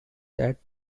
that